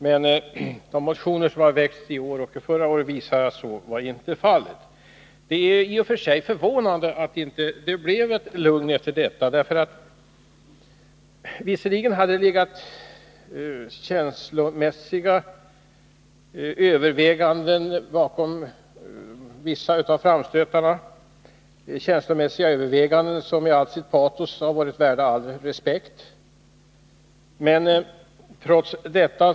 Men de motioner som har väckts i år och förra året visar att så inte blev fallet. Det är i och för sig förvånande att det inte blev lugn efter det beslutet. Visserligen hade det legat känslomässiga överväganden — som med allt sitt patos varit värda all respekt — bakom vissa av framstötarna.